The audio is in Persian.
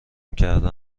کرده